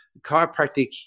chiropractic